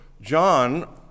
John